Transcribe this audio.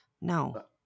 No